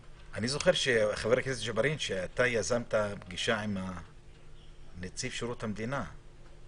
אני זוכר שאתה יזמת פגישה עם נציב שירות המדינה,